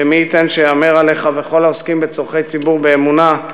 ומי ייתן שייאמר עליך: וכל העוסקים בצורכי ציבור באמונה,